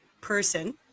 person